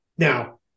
Now